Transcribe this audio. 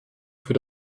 für